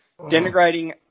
denigrating